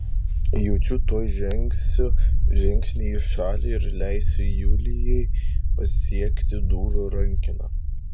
jaučiu tuoj žengsiu žingsnį į šalį ir leisiu julijai pasiekti durų rankeną